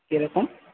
কিরকম